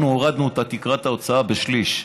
אנחנו הורדנו את תקרת ההוצאה בשליש,